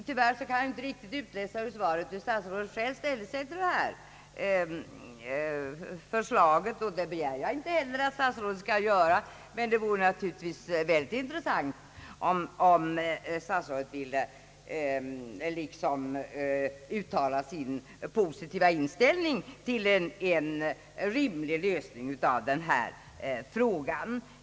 Tyvärr kan jag inte utläsa ur svaret hur statsrådet själv ställer sig till kommittéförslaget, och jag begär inte heller att statsrådet skall ge ett slutgiltigt besked nu, men det vore intressant om statsrådet ville uttala en positiv inställning till en rimlig lösning av den här frågan.